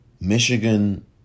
Michigan